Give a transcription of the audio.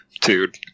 Dude